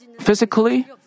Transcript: Physically